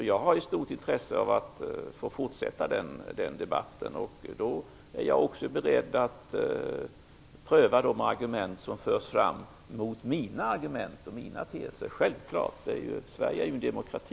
Jag har ett stort intresse av att fortsätta den debatten. Självklart är jag beredd att pröva de argument som förs fram mot mina argument och mina teser. Sverige är ju en demokrati.